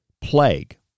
plague